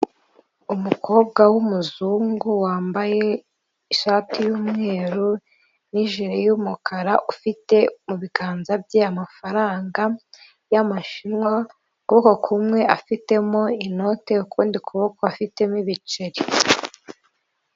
Umukobwa w'umuzungu wambaye ishati y'umweru n'ijiri y'umukara ufite mubiganza bye amafaranga y'Amashinwa, ukuboko kumwe afitemo inote ukundi kuboko afitemo ibiceri.